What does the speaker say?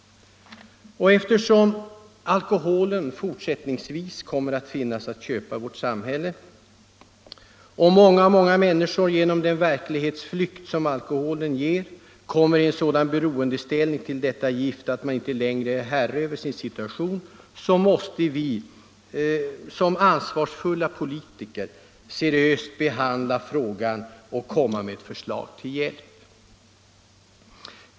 Eftersom alkoholen fortsättningsvis kommer att finnas att köpa i vårt samhälle och många, många människor genom den verklighetsflykt som alkoholen ger kommer i en sådan beroendeställning till detta gift att man inte längre är herre över sin situation, måste vi som ansvarsfulla politiker seriöst behandla frågan och komma med förslag till hjälp.